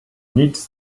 needs